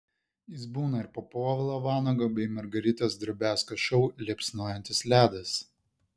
jis būna ir po povilo vanago bei margaritos drobiazko šou liepsnojantis ledas